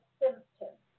symptoms